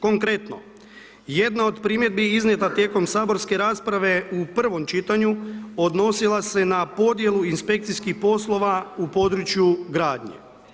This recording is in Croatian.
Konkretno, jedna od primjedbi iznijeta tijekom saborske rasprave u prvom čitanju odnosila se na podjelu inspekcijskih poslova u području gradnje.